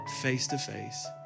face-to-face